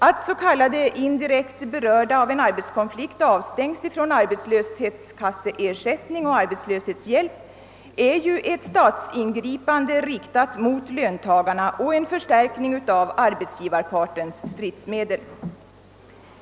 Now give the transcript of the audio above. Att s.k. indirekt berörda vid en arbetskonflikt avstängs från = arbetslöshetskasseersättning och arbetslöshetshjälp är ett statsingripande riktat mot löntagarna och en förstärkning av arbetsgivarpartens stridsmedel.